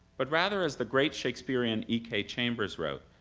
but rather, as the great shakespearen e and e k. chambers wrote,